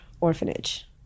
orphanage